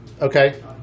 Okay